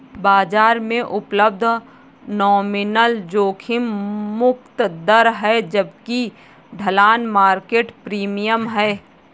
बाजार में उपलब्ध नॉमिनल जोखिम मुक्त दर है जबकि ढलान मार्केट प्रीमियम है